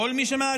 כל מי שמעדיף,